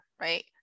right